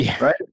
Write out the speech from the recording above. right